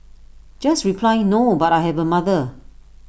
just reply no but I have A mother